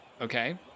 okay